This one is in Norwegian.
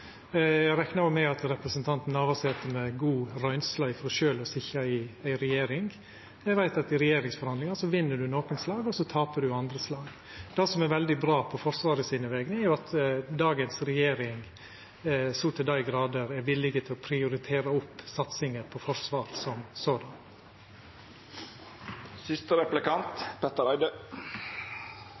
Eg reknar òg med at representanten Navarsete, med god røynsle frå sjølv å sitja i regjering, veit at i regjeringsforhandlingar vinn ein nokre slag og tapar andre slag. Det som er veldig bra på vegner av Forsvaret, er at dagens regjering så til dei grader er villig til å prioritera opp satsinga på forsvar. Det var en viss forventning hos oss som